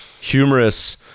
humorous